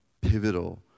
pivotal